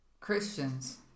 Christians